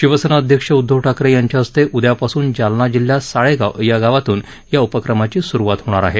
शिवसेना अध्यक्ष उद्धव ठाकरे यांच्या हस्ते उद्यापासून जालना जिल्ह्यात साळेगाव या गावातून या उपक्रमाची सुरुवात होणार आहे